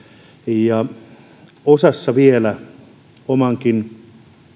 ja osa vielä omankin